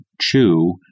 chew